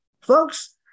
folks